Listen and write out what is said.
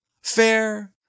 fair